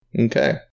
Okay